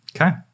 Okay